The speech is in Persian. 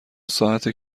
ساعته